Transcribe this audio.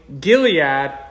Gilead